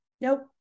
Nope